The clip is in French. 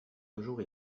toujours